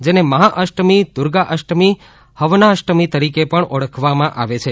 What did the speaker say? જેને મહાઅષ્ટમી દુર્ગાષ્ટમી હવનાષ્ટમી તરીકે પણ ઓળખવામાં આવે છે